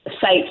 sites